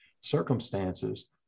circumstances